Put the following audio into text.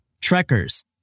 trekkers